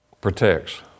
protects